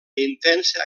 intensa